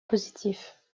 positif